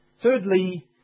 Thirdly